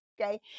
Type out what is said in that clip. okay